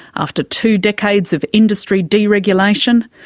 after two decades of industry deregulation,